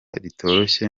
ritoroshye